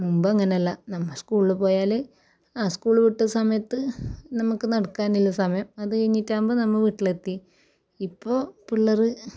മുമ്പങ്ങനല്ല നമ്മൾ സ്കൂളിൽ പോയാൽ ആ സ്കൂള് വിട്ട സമയത്ത് നമുക്ക് നടക്കാനുള്ള സമയം അത് കഴിഞ്ഞിട്ടാവുമ്പോൾ നമ്മൾ വീട്ടിലെത്തി ഇപ്പോൾ പിള്ളറ്